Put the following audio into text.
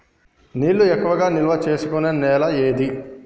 నీళ్లు ఎక్కువగా నిల్వ చేసుకునే నేల ఏది?